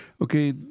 Okay